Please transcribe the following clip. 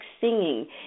singing